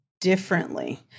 differently